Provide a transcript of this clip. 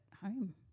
home